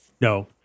No